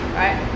right